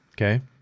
okay